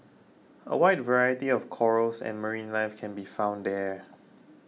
a wide variety of corals and marine life can be found there